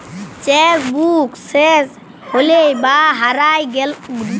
cheque book শেস হৈলে বা হারায় গেলে ব্যাংকে লতুন পাস বইয়ের আবেদল কইরতে হ্যয়